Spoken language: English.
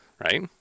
right